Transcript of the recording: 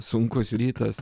sunkus rytas